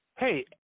hey